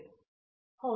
ವಿಶ್ವನಾಥನ್ ಹೌದು